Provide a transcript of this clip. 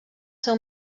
ser